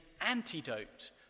antidote